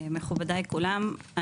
מכובדיי כולם,